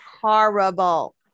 Horrible